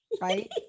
right